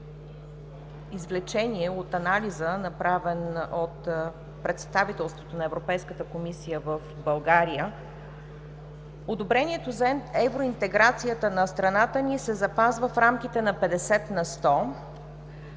извлечение от анализа, направен от Представителството на Европейската комисия в България, одобрението за евроинтеграцията на страната ни се запазва в рамките на 50 на сто.